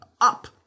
up